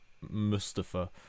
Mustafa